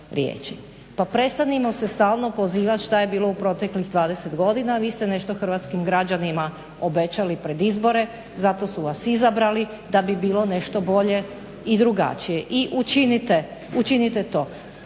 Pa prestanimo se stalno pozivat šta je bilo u proteklih 20 godina, vi ste nešto hrvatskim građanima obećali pred izbore, zato su vas izabrali da bi bilo nešto bolje i drugačije i učinite to.